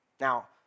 Now